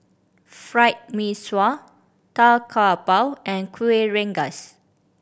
Fried Mee Sua Tau Kwa Pau and Kueh Rengas